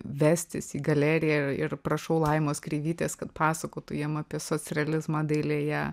vestis į galeriją ir ir prašau laimos kreivytės kad pasakotų jiem apie socrealizmą dailėje